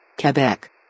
Quebec